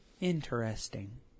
Interesting